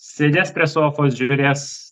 sėdės prie sofos žiūrės